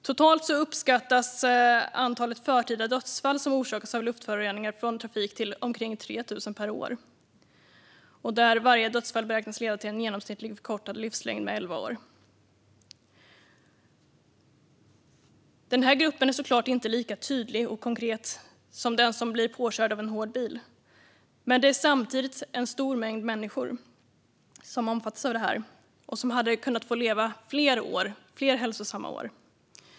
Totalt uppskattas antalet förtida dödsfall som orsakas av luftföroreningar från trafik till omkring 3 000 per år. Varje dödsfall beräknas leda till en genomsnittlig förkortad livslängd om elva år. Denna dödsorsak är förstås inte lika tydlig och konkret som att bli påkörd av en hård bil, men det är ändå en stor mängd människor som drabbas och som kunde ha fått leva längre och få fler år med god hälsa.